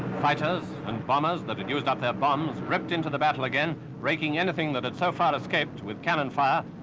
fighters and bombers that had used up their bombs ripped into the battle again, raking anything that had so far escaped with cannon fire,